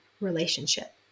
relationship